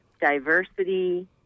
diversity